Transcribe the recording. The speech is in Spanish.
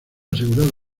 asegurado